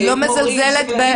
אני לא מזלזלת בהם,